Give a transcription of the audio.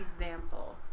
example